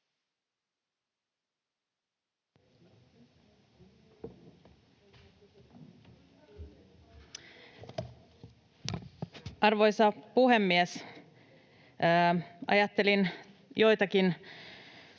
Arvoisa puhemies! Ajattelin joitakin